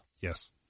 Yes